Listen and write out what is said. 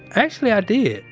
actually, i did.